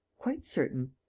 quite certain.